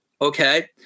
okay